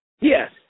Yes